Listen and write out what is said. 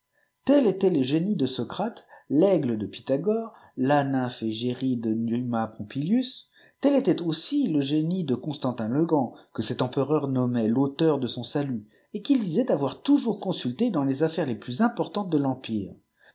tel était le génie de socrate l'aigle de pithagore la nymphe egérie de numa pompilius tel étsit aussi le génie de constantin le urand que cet empereur nommait l'auteur de son salut et qu'il disait avoir toujours consulté dans les affaires les plus importantes de l'empire